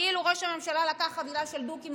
כאילו ראש הממשלה לקח חבילה של דוקים,